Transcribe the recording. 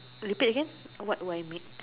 repeat again what what I mean